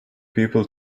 people